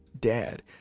dad